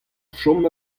chom